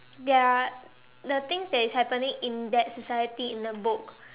there are the things that is happening in that society in the book